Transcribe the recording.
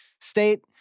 state